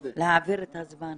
כן, להעביר את הזמן.